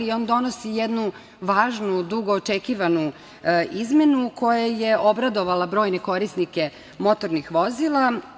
On donosi jednu važnu, dugo očekivanu izmenu, koja je obradovala brojne korisnike motornih vozila.